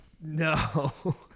No